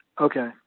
Okay